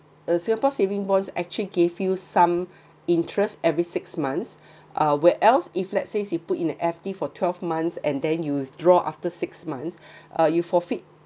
a singapore saving bonds actually gave you some interest every six months uh where else if let's say you put in F_D for twelve months and then you draw after six months uh you forfeit